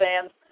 fans